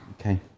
Okay